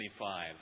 25